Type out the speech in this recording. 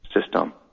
system